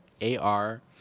A-R